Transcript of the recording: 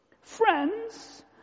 Friends